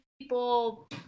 people